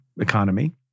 economy